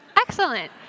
excellent